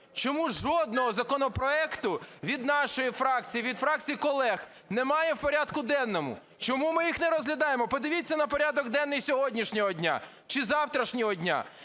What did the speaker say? Чому жодного законопроекту від нашої фракції, від фракції колег немає в порядку денному? Чому ми їх не розглядаємо? Подивіться на порядок денний сьогоднішнього дня чи завтрашнього дня.